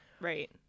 right